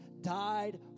died